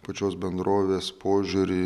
pačios bendrovės požiūrį